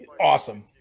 Awesome